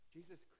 Jesus